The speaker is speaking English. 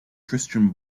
christian